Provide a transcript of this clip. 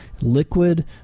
liquid